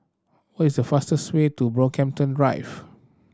what is the fastest way to Brockhampton Drive